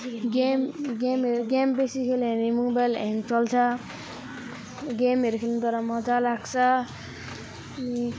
game गेमहरू game बेसी खेल्यो भने मोबाइल ह्याङ्ग चल्छ गेमहरू खेल्नु तर मजा लाग्छ अनि